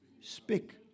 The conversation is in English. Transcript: speak